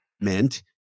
meant